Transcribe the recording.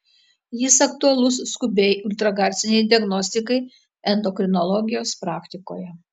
jis aktualus skubiai ultragarsinei diagnostikai endokrinologijos praktikoje